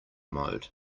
mode